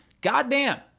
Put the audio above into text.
Goddamn